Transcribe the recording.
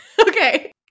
Okay